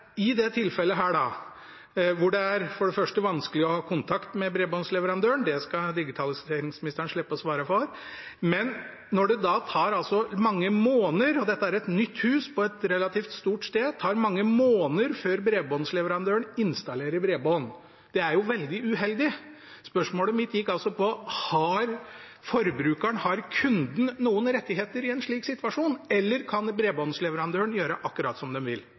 det for det første vanskelig å få kontakt med bredbåndsleverandøren – det skal digitaliseringsministeren slippe å svare for – men når det da tar mange måneder før bredbåndsleverandøren installerer bredbånd, er det jo veldig uheldig. Og dette er et nytt hus, på et relativt stort sted. Spørsmålet mitt gikk altså på: Har forbrukeren, har kunden, noen rettigheter i en slik situasjon, eller kan bredbåndsleverandørene gjøre akkurat som de vil?